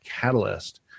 Catalyst